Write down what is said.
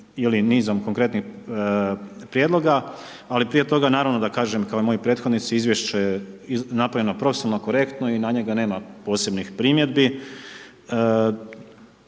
ili nizom konkretnih prijedloga, ali prije toga, naravno, da kažem kao i moji prethodnici, izvješće je napravljeno profesionalno, korektno i na njega nema posebnih primjedbi.